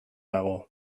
dago